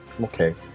okay